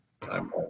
time